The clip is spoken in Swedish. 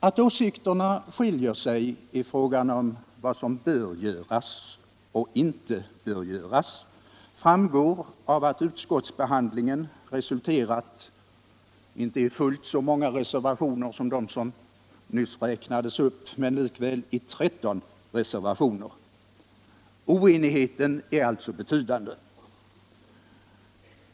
Att åsikterna skiljer sig i fråga om vad som bör göras och inte bör göras framgår av att utskottsbehandlingen resulterat, inte i fullt så många reservationer som nyss räknades upp men likväl i 13 reservationer. Oenigheten är alltså betydande.